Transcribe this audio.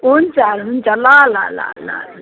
हुन्छ हुन्छ ल ल ल ल ल